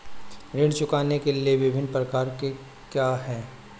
ऋण चुकाने के विभिन्न प्रकार क्या हैं?